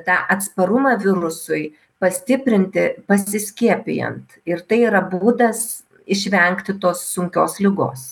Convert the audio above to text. tą atsparumą virusui pastiprinti pasiskiepijant ir tai yra būdas išvengti tos sunkios ligos